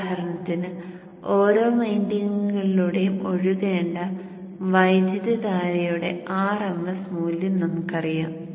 ഉദാഹരണത്തിന് ഓരോ വൈൻഡിംഗുകളിലൂടെയും ഒഴുകേണ്ട വൈദ്യുതധാരയുടെ rms മൂല്യം നമുക്കറിയാം